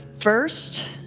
first